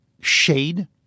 shade